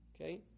Okay